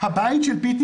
הבית של PTSD